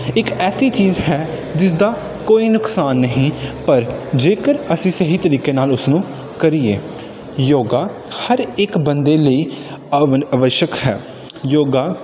ਇੱਕ ਐਸੀ ਚੀਜ਼ ਹੈ ਜਿਸ ਦਾ ਕੋਈ ਨੁਕਸਾਨ ਨਹੀਂ ਪਰ ਜੇਕਰ ਅਸੀਂ ਸਹੀ ਤਰੀਕੇ ਨਾਲ ਉਸਨੂੰ ਕਰੀਏ ਯੋਗਾ ਹਰ ਇੱਕ ਬੰਦੇ ਲਈ ਅਵਨ ਆਵਸ਼ਕ ਹੈ ਯੋਗਾ